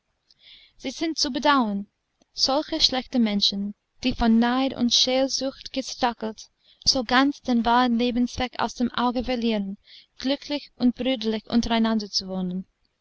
sie sind zu bedauern solche schlechte menschen die von neid und scheelsucht gestachelt so ganz den wahren lebenszweck aus dem auge verlieren glücklich und brüderlich untereinander zu wohnen